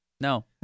No